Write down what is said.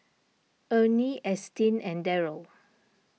Ernie Ashtyn and Darrel